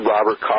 Robert